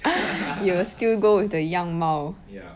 you still go with the 样貌